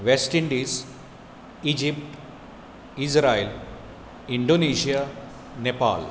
West Indies Egypt Israel Indonesia Nepal